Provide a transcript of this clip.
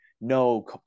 no